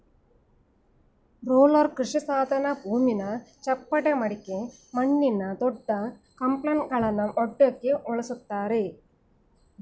roller ಕೃಷಿಸಾಧನ ಭೂಮಿನ ಚಪ್ಪಟೆಮಾಡಕೆ ಮಣ್ಣಿನ ದೊಡ್ಡಕ್ಲಂಪ್ಗಳನ್ನ ಒಡ್ಯಕೆ ಬಳುಸ್ತರೆ